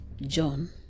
John